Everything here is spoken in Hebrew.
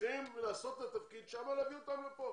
צריכים לעשות את התפקיד שם ולהביא אותם לפה.